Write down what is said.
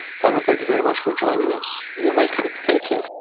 fadwa, thank you very much for joining us. you're welcome, thank you.